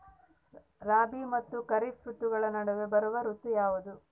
ರಾಬಿ ಮತ್ತು ಖಾರೇಫ್ ಋತುಗಳ ನಡುವೆ ಬರುವ ಋತು ಯಾವುದು?